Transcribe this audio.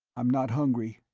i'm not hungry.